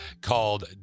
Called